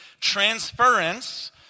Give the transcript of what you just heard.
transference